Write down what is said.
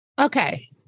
Okay